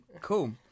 cool